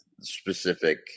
specific